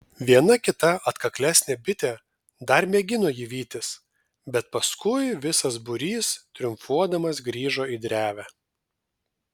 viena kita atkaklesnė bitė dar mėgino jį vytis bet paskui visas būrys triumfuodamas grįžo į drevę